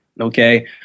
Okay